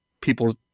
people